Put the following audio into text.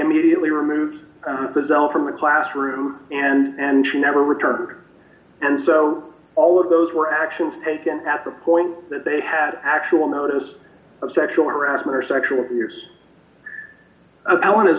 immediately removed the zel from a classroom and she never returned and so all of those were actions taken at the point that they had actual notice of sexual harassment or sexual abuse about one is